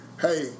hey